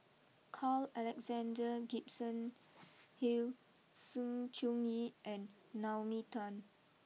Carl Alexander Gibson Hill Sng Choon Yee and Naomi Tan